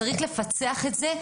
צריך לפצח את זה,